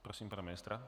Prosím pana ministra.